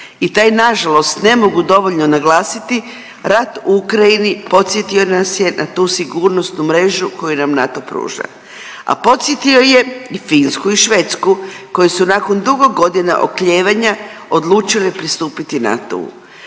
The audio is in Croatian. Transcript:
i taj nažalost ne mogu dovoljno naglasiti, rat u Ukrajini podsjetio nas je na tu sigurnosnu mrežu koju nam NATO pruža, a podsjetio je i Finsku i Švedsku koju su nakon dugo godina oklijevanja odlučile pristupit NATO-u.